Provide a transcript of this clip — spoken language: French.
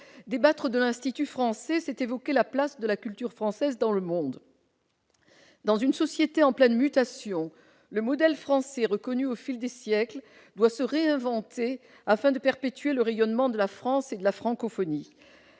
débattre de l'Institut français, c'est évoquer la place de la culture française dans le monde. Dans une société en pleine mutation, le « modèle français », reconnu au fil des siècles, doit se réinventer afin de perpétuer le rayonnement de la France et de la francophonie.